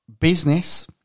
business